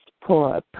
poor